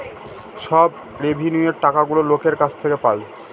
সব রেভিন্যুয়র টাকাগুলো লোকের কাছ থেকে পায়